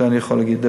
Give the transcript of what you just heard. זה אני יכול להגיד.